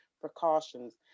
precautions